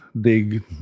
dig